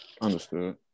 Understood